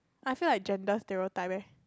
I feel like gender stereotype eh